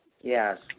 Yes